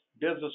business